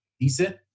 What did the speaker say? decent